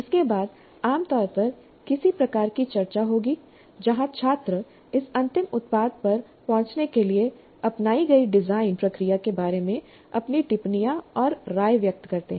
इसके बाद आमतौर पर किसी प्रकार की चर्चा होगी जहां छात्र इस अंतिम उत्पाद पर पहुंचने के लिए अपनाई गई डिजाइन प्रक्रिया के बारे में अपनी टिप्पणियां और राय व्यक्त करते हैं